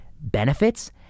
benefits